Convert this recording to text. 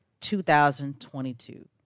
2022